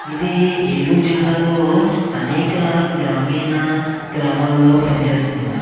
ఇది ఏలూరు జిల్లాలో అనేక గ్రామీణ గ్రామల్లో పని చేస్తుంది